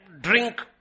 drink